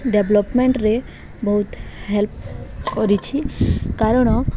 ଡେଭଲପମେଣ୍ଟରେ ବହୁତ ହେଲ୍ପ କରିଛି କାରଣ